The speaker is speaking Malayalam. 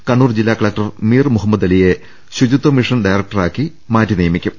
കണ്ണൂർ ജില്ലാ കലക്ടർ മീർ മുഹമ്മദ് അലിയെ ശുചിത്വമിഷൻ ഡയറക്ടറായി മാറ്റി നിയമിക്കും